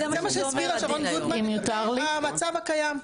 זה מה שהסבירה שרון גוטמן לגבי המצב הקיים.